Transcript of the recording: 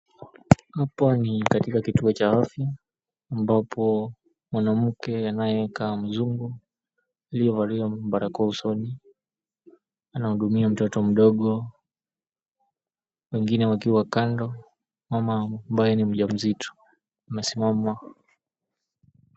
Hapa ni katika kituo cha afya ambapo mwanamke anaekaa mzungu aliyevalia barakoa usoni anahudumia mtoto mdogo, wengine wakiwa kando. Mama ambaye ni mjamzito amesimama.